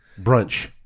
brunch